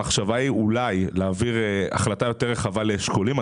המחשבה היא אולי להעביר החלטה יותר רחבה לאשכולות.